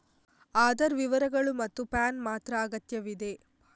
ಆಧಾರ್ ವಿವರಗಳು ಮತ್ತು ಪ್ಯಾನ್ ಮಾತ್ರ ಅಗತ್ಯವಿದೆ